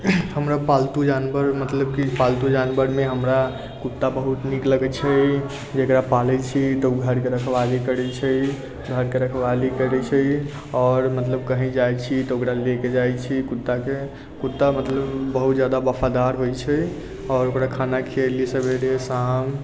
हमरा पालतु जानवर मतलब कि पालतु जानवर मे हमरा कुत्ता बहुत नीक लगै छै एकरा पालै छियै तऽ घर के रखवाली करै छै घर के रखवाली करै छै आओर मतलब कहीं जाइ छियै तऽ ओकरा लेके जाइ छियै कुत्ता के कुत्ता मतलब बहुत जादा बफादार होइ छै आओर ओकरा खाना खिएली सबेरे शाम